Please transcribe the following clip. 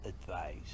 advice